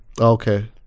Okay